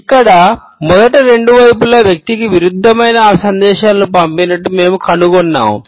ఇక్కడ మెదడు రెండు వైపులా వ్యక్తికి విరుద్ధమైన సందేశాలను పంపినట్లు మేము కనుగొన్నాము